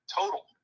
total